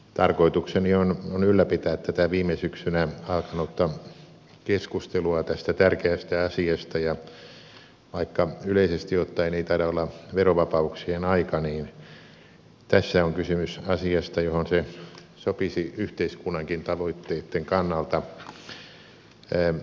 tarkoitukseni on ylläpitää tätä viime syksynä alkanutta keskustelua tästä tärkeästä asiasta ja vaikka yleisesti ottaen ei taida olla verovapauksien aika niin tässä on kysymys asiasta johon se sopisi yhteiskunnankin tavoitteitten kannalta